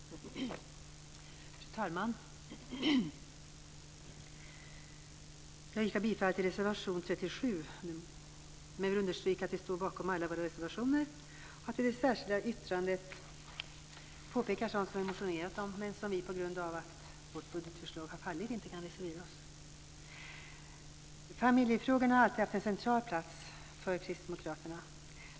Fru talman! Jag yrkar bifall till reservation 37. Jag vill understryka att jag står bakom alla våra reservationer och att vi i det särskilda yttrandet påpekar sådant som vi motionerat om men som vi på grund av att vårt budgetförslag har fallit inte kan reservera oss för. Familjefrågorna har alltid haft en central plats för Kristdemokraterna.